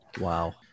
Wow